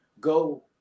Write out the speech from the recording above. go